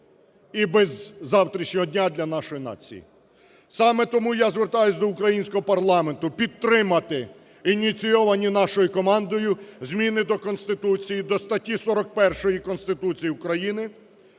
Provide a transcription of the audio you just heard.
і без завтрашнього дня для нашої нації. Саме тому я звертаюсь до українського парламенту підтримати ініційовані нашою командою зміни до Конституції, до статті 41 Конституції України,